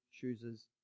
chooses